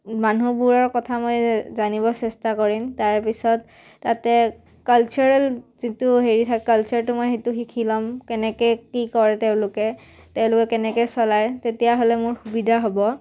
মানুহবোৰৰ কথা মই জানিব চেষ্টা কৰিম তাৰপিছত তাতে কালচাৰেল যিটো হেৰি থাক কালচাৰটো মই সেইটো শিকি ল'ম কেনেকৈ কি কৰে তেওঁলোকে তেওঁলোকে কেনেকৈ চলায় তেতিয়াহ'লে মোৰ সুবিধা হ'ব